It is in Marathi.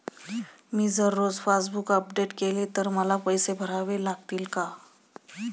मी जर रोज पासबूक अपडेट केले तर मला पैसे भरावे लागतील का?